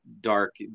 dark